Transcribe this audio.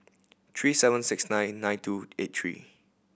three seven six nine nine two eight three